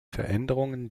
veränderungen